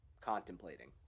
contemplating